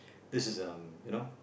this is um you know